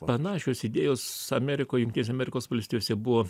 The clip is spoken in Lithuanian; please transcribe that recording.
panašios idėjos amerikoj jungtinėse amerikos valstijose buvo